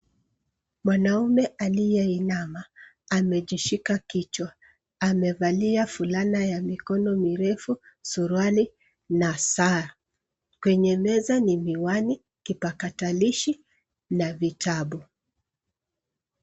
Mwanaume aliyeinama amejishika kichwa amevalia fulana ya mikono mirefu, suruali na saa ,kwenye meza ni miwani, kipakatalishi na vitabu.